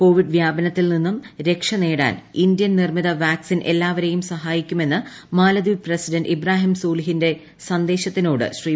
Covid വ്യാപനത്തിൽ നിന്നും രക്ഷ നേടാൻ ഇന്ത്യൻ നിർമ്മിത വാക്സിൻ എല്ലാവരേയും സഹായിക്കുമെന്ന് മാലദ്വീപ് പ്രസിഡന്റ് ഇബ്രാഹിം സോളിഹിന്റെ സന്ദേശത്തിനോട് ശ്രീ